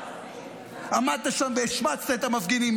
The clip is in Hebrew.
עמדת שם והשמצת את המפגינים.